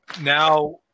now